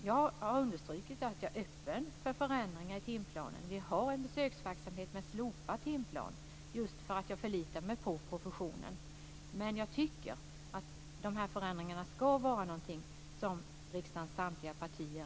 Jag har understrukit att jag är öppen för förändringar i timplanen. Vi har en försöksverksamhet med slopad timplan - just för att jag förlitar mig på professionen. Men jag tycker att förändringarna ska stödjas av riksdagens samtliga partier.